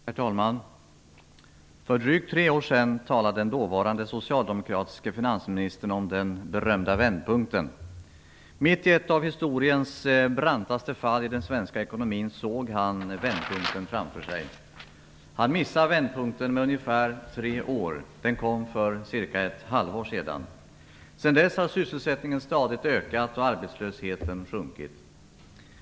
Herr talman! För drygt tre år sedan talade den dåvarande socialdemokratiske finansministern om den berömda vändpunkten. Mitt i ett av historiens brantaste fall i den svenska ekonomin såg Allan Larsson vändpunkten framför sig. Han missade vändpunkten med ungefär tre år! Den kom för cirka ett halvår sedan. Sedan dess har sysselsättningen stadigt ökat och arbetslösheten sjunkit.